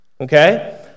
Okay